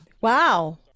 wow